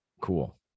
cool